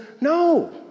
no